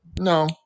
No